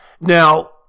Now